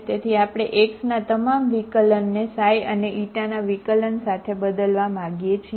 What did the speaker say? તેથી આપણે x ના તમામ વિકલન ને ξ અને η ના વિકલન સાથે બદલવા માંગીએ છીએ